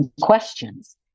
questions